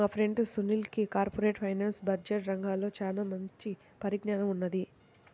మా ఫ్రెండు సునీల్కి corporate finance, budget రంగాల్లో చానా మంచి పరిజ్ఞానం ఉన్నది